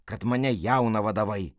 kad mane jauną vadavai